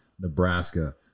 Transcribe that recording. Nebraska